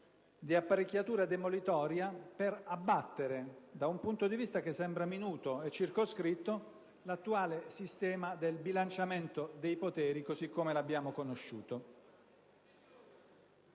di apparecchiatura demolitoria per abbattere da un punto di vista che sembra minuto e circoscritto l'attuale sistema del bilanciamento dei poteri così come l'abbiamo conosciuto.